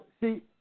see